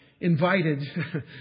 invited